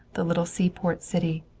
the little seaport city.